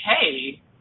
hey